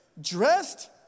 dressed